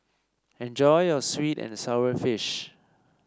enjoy your sweet and sour fish